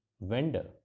Vendor